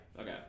Okay